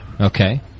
Okay